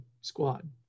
squad